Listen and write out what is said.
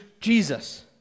Jesus